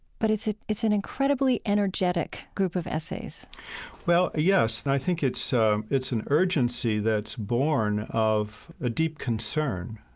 but it's ah it's an incredibly energetic group of essays well, yes, and i think it's so it's an urgency that's born of a deep concern.